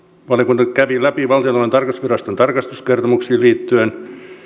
valiokunta kävi läpi valtiontalouden tarkastusviraston tarkastuskertomuksiin liittyen